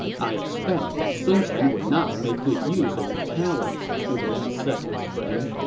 i expect that sun quan would not make good use of your talents, zhuge liang said to his friend.